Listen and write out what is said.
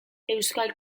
euskal